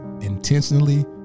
intentionally